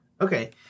okay